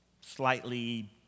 slightly